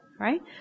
Right